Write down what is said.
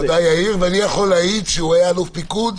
אני יכול להעיד שכשהיה אלוף פיקוד,